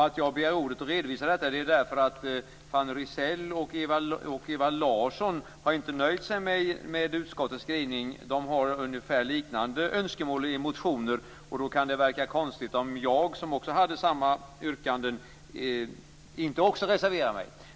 Att jag begär ordet för att redovisa detta beror på att Fanny Rizell och Ewa Larsson, som framför liknande önskemål i motioner, inte har nöjt sig med utskottets skrivning. Det kunde verka konstigt om inte också jag, som hade liknande yrkanden, reserverade mig.